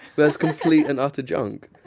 that's complete and utter junk.